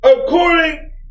according